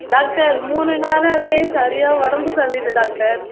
doctor மூணு நாளாகவே சரியா உடம்பு சரி இல்லை டாக்டர்